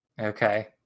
Okay